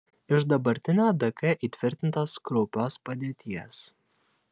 iš dabartinio dk įtvirtintos kraupios padėties